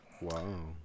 Wow